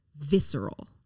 visceral